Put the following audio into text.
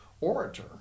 orator